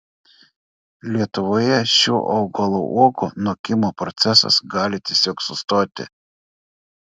lietuvoje šių augalų uogų nokimo procesas gali tiesiog sustoti